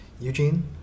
Eugene